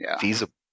feasible